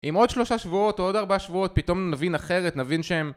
עם עוד שלושה שבועות או עוד ארבעה שבועות, פתאום נבין אחרת, נבין שהם...